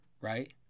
Right